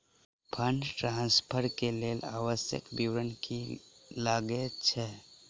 Fund transfer केँ लेल आवश्यक विवरण की की लागै छै?